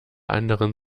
anderen